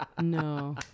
No